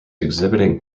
exhibiting